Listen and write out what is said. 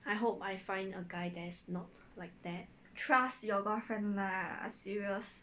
I hope I find a guy that's not like that